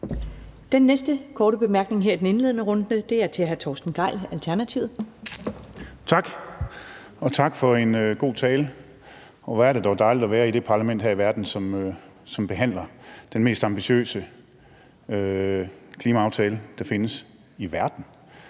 Den næste korte bemærkning her i den indledende runde er til hr. Torsten Gejl, Alternativet. Kl. 11:43 Torsten Gejl (ALT): Tak, og tak for en god tale. Hvor er det dog dejligt at være i det parlament, som behandler den mest ambitiøse klimaaftale, eller klimalov i det